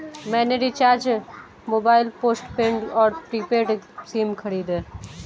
मैंने recharge mobile postpaid और prepaid sim खरीदे